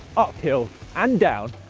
uphill and down,